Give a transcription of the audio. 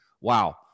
Wow